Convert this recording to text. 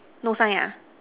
no sign ah